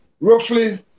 roughly